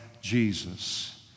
Jesus